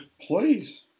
Please